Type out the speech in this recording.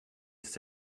ist